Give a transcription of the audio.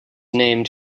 named